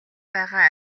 байгаа